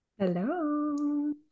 Hello